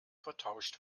vertauscht